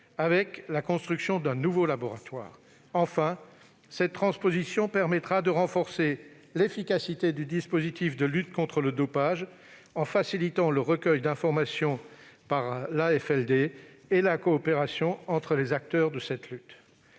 avec la construction d'un nouveau laboratoire. Enfin, cette transposition permettra de renforcer l'efficacité du dispositif de lutte contre le dopage, en facilitant le recueil d'informations par l'AFLD et la coopération entre les acteurs de cette lutte.